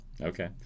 Okay